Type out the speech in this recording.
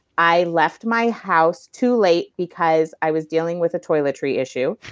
i left my house too late because i was dealing with a toiletry issue,